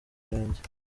yanjye